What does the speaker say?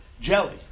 jelly